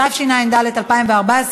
התשע"ד 2014,